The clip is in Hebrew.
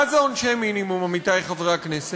מה זה עונשי מינימום, עמיתי חברי הכנסת?